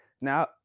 Now